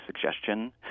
suggestion